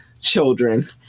children